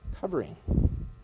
covering